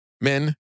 men